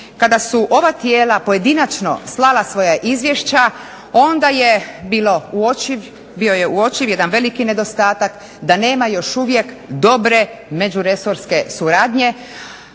Kada su ova tijela pojedinačno slala svoja izvješća onda je bio uočiv, bio je uočiv jedan veliki nedostatak da nema još uvijek dobre međuresorske suradnje